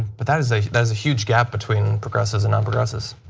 but that's a that's a huge gap between progressives and non-progressives.